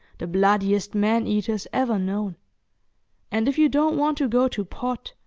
the bloodiest man eaters ever known and, if you don't want to go to pot,